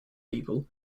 people